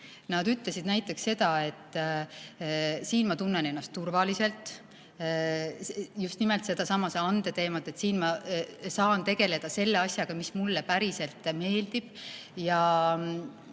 Nad ütlesid näiteks seda, et siin ma tunnen ennast turvaliselt, just nimelt sedasama ande teemat toodi esile, et siin ma saan tegeleda selle asjaga, mis mulle päriselt meeldib, ja